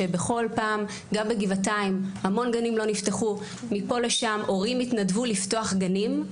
כאשר גם בגבעתיים המון גנים לא נפתחו הורים התנדבו לפתוח גנים,